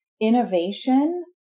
innovation